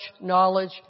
knowledge